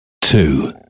two